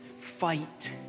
fight